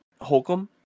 Holcomb